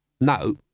No